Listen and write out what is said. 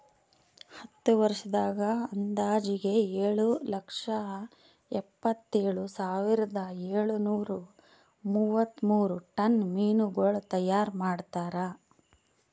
ಹತ್ತು ವರ್ಷದಾಗ್ ಅಂದಾಜಿಗೆ ಏಳು ಲಕ್ಷ ಎಪ್ಪತ್ತೇಳು ಸಾವಿರದ ಏಳು ನೂರಾ ಮೂವತ್ಮೂರು ಟನ್ ಮೀನಗೊಳ್ ತೈಯಾರ್ ಮಾಡ್ತಾರ